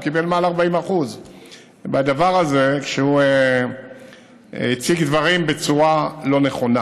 הוא קיבל מעל 40%. הוא הציג דברים בצורה לא נכונה.